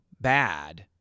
bad